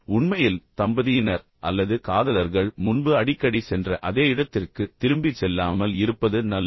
உண்மையில் தம்பதியினர் அல்லது காதலர்கள் முன்பு அடிக்கடி சென்ற அதே இடத்திற்கு திரும்பிச் செல்லாமல் இருப்பது நல்லது